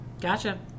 gotcha